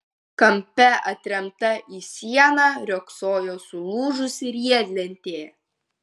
kampe atremta į sieną riogsojo sulūžusi riedlentė